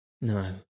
No